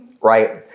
right